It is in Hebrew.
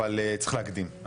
אבל צריך להקדים.